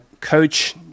coach